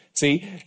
See